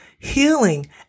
healing